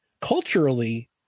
culturally